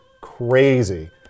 crazy